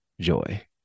joy